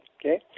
okay